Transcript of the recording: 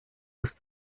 ist